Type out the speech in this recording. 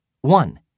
One